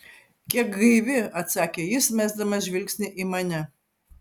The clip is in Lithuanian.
kiek gaivi atsakė jis mesdamas žvilgsnį į mane